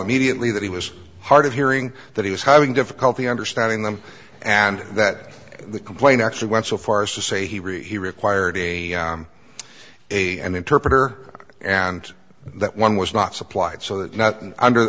immediately that he was hard of hearing that he was having difficulty understanding them and that the complaint actually went so far as to say he really he required a a and interpreter and that one was not supplied so that not an under